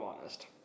honest